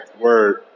Word